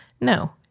No